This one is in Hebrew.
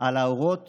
על האורות